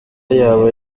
yaba